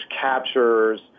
captures